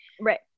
Right